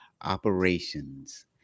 operations